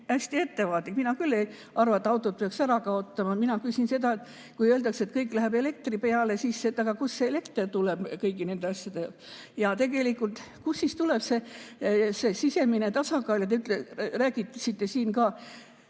Mina küll ei arva, et autod peaks ära kaotama. Mina küsin seda, et kui öeldakse, et kõik läheb elektri peale, siis kust elekter tuleb kõigi nende asjade jaoks. Ja tegelikult, kust siis tuleb see sisemine tasakaal? Te rääkisite siin